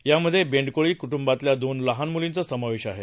यामध्ये बेंडकोळी कुटुंबातल्या दोन लहान मुलींचा समावेश आहे